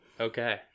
Okay